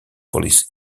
police